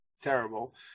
Terrible